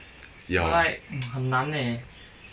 see how lah